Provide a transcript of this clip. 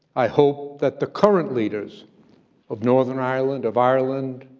i hope that the current leaders of northern ireland, of ireland,